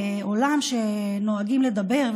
בעולם שבו נוהגים לדבר,